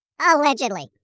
Allegedly